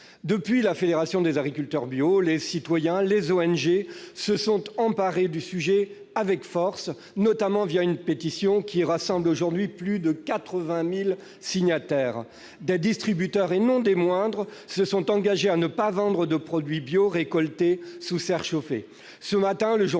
Depuis, la Fédération des agriculteurs bio, les citoyens et les ONG se sont emparés de cette question avec force, notamment une pétition, qui a recueilli à ce jour plus de 80 000 signatures. Des distributeurs, et non des moindres, se sont engagés à ne pas vendre de produits bio récoltés sous serres chauffées.